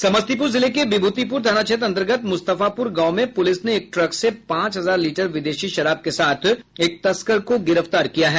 समस्तीपुर जिले के विभूतिपुर थाना क्षेत्र अन्तर्गत मुस्तफापुर गांव में पुलिस ने एक ट्रक से पांच हजार लीटर विदेशी शराब के साथ एक तस्कर को गिरफ्तार किया है